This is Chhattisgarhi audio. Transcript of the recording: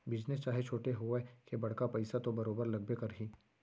बिजनेस चाहे छोटे होवय के बड़का पइसा तो बरोबर लगबे करही